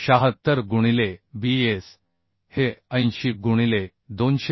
076 गुणिले Bs हे 80 गुणिले 200Lc